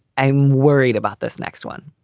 i'm worried about this next one.